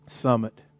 summit